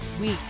week